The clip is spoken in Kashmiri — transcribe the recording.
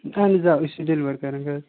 اَہَن حظ آ أسۍ چھِ ڈیٚلوَر کَران حظ